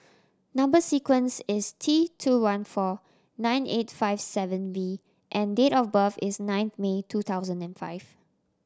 number sequence is T two one four nine eight five seven V and date of birth is nine May two thousand and five